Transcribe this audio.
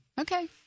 Okay